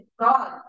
God